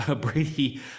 Brady